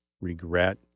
regret